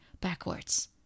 backwards